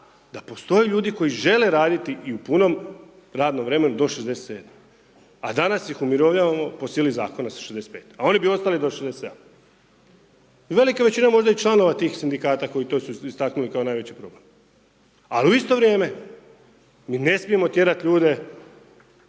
da postoje ljudi koji žele raditi i u punom radnom vremenu do 67. A danas ih umirovljavamo po sili zakona sa 65 a oni bi ostali do 67. Velika većina možda je i članova tih sindikata koji to su istaknuli kao najveći problem. A u isto vrijeme mi ne smijemo tjerati ljude